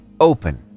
open